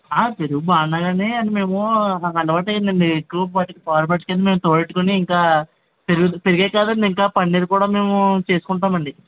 పెరుగు బాగున్నాకానీ అది మేము మాకు అలవాటైందండి ఎక్కువ పాలు పట్టికెళ్ళి మేము తోడెట్టుకుని ఇంకా పెరుగే కాదండి ఇంకా పన్నీర్ కూడ మేము చేసుకుంటామండి